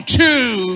two